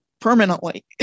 permanently